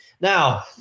Now